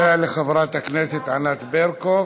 תודה לחברת הכנסת ענת ברקו.